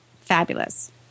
fabulous